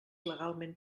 legalment